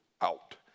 out